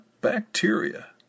bacteria